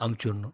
அனுச்சுடுணும்